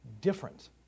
different